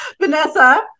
Vanessa